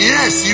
Yes